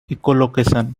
echolocation